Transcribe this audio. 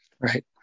Right